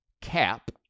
cap